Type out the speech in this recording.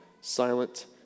Silent